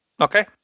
Okay